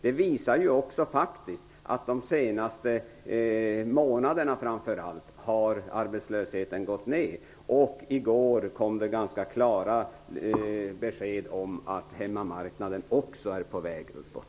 Det har faktiskt visat sig, framför allt de senaste månaderna, att arbetslösheten har gått ner, och i går kom ganska klara besked om att läget på hemmamarknaden också är på väg uppåt.